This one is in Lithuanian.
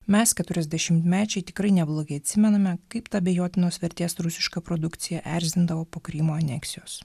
mes keturiasdešimtmečiai tikrai neblogai atsimename kaip ta abejotinos vertės rusiška produkcija erzindavo po krymo aneksijos